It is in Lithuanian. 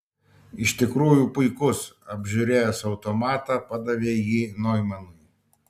iš tikrųjų puikus apžiūrėjęs automatą padavė jį noimanui